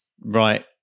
right